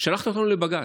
שלחת אותנו לבג"ץ.